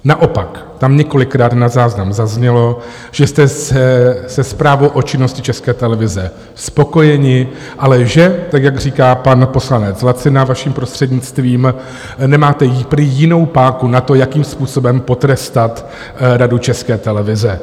Naopak tam několikrát na záznam zaznělo, že jste se zprávou o činnosti České televize spokojeni, ale že tak jak říká pan poslanec Lacina, vaším prostřednictvím, nemáte prý jinou páku na to, jakým způsobem potrestat Radu České televize.